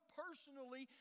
personally